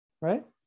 Right